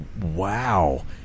Wow